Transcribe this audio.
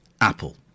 Apple